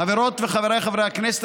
חברות וחבריי חברי הכנסת,